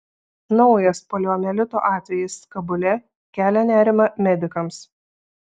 naujas poliomielito atvejis kabule kelia nerimą medikams